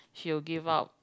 she will give out